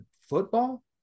football